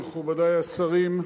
מכובדי השרים,